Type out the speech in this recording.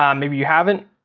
um maybe you haven't.